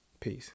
Peace